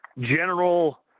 general